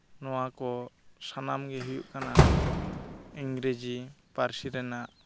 ᱱᱚᱣᱟᱠᱚ ᱥᱟᱱᱟᱢᱜᱮ ᱦᱩᱭᱩᱜ ᱠᱟᱱᱟ ᱤᱝᱨᱮᱡᱤ ᱯᱟᱹᱨᱥᱤ ᱨᱮᱱᱟᱜ